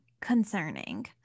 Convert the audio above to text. Concerning